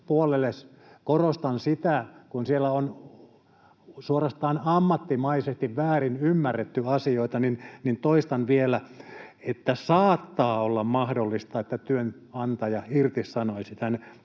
korostan sitä, kun siellä on suorastaan ammattimaisesti väärinymmärretty asioita, niin toistan vielä, että saattaa olla mahdollista, että työnantaja irtisanoisi tämän